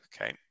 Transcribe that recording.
Okay